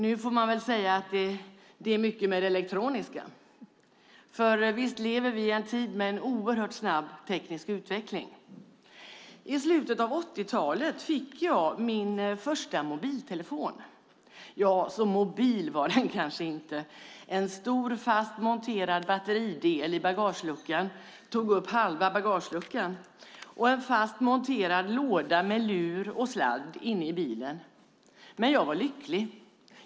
Nu får man väl säga att "det är mycket med det elektroniska". Visst lever vi i en tid med en oerhört snabb teknisk utveckling. I slutet av 80-talet fick jag min första mobiltelefon. Men så mobil var den kanske inte. Det var en stor fastmonterad batteridel som tog upp halva bagageluckan och en fastmonterad låda med lur och sladd inne i bilen. Men jag var lycklig!